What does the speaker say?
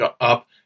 up